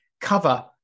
cover